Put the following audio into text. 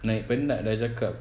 naik penat nak cakap